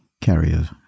carrier's